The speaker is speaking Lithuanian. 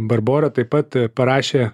barbora taip pat parašė